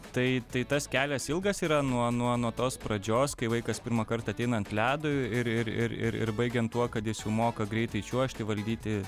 tai tai tas kelias ilgas yra nuo nuo nuo tos pradžios kai vaikas pirmąkart ateina ant ledo ir ir ir ir baigiant tuo kad jis jau moka greitai čiuožti valdyti